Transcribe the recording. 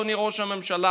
אדוני ראש הממשלה,